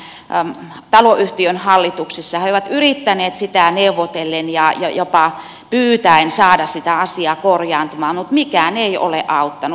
he ovat yrittäneet sitä taloyhtiön hallituksessa he ovat yrittäneet neuvotellen ja jopa pyytäen saada sitä asiaa korjaantumaan mutta mikään ei ole auttanut